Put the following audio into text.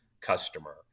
customer